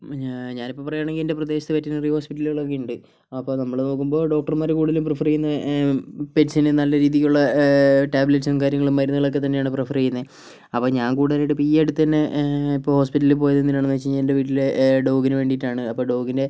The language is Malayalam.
ഞാനിപ്പോൾ പറയുകയാണെങ്കിൽ എൻ്റെ പ്രദേശത്ത് വെറ്റിനറി ഹോസ്പിറ്റലുകളൊക്കെ ഉണ്ട് അപ്പോൾ നമ്മള് നോക്കുമ്പോൾ ഡോക്ടർമാർ കൂടുതലും പ്രിഫർ ചെയ്യുന്നത് പെറ്റ്സിന് നല്ല രീതിലുള്ള ടാബ്ലറ്റ്സും കാര്യങ്ങളും മരുന്നുകളൊക്കെ തന്നെയാണ് പ്രിഫർ അപ്പോൾ ഞാൻ കൂടുതലായിട്ടും ഇപ്പോൾ ഈ അടുത്തുതന്നെ ഇപ്പോൾ ഹോസ്പിറ്റലിൽ പോയത് എന്തിനാണെന്ന് വെച്ച് കഴിഞ്ഞാൽ എൻ്റെ വീട്ടിലെ ഡോഗിന് വേണ്ടിയിട്ടാണ് അപ്പോൾ ഡോഗിൻ്റെ